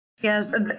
yes